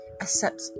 accept